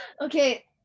okay